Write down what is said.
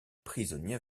prisonnier